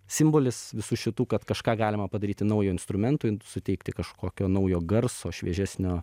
simbolis visų šitų kad kažką galima padaryti naujo instrumentui suteikti kažkokio naujo garso šviežesnio